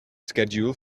schedule